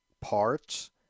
parts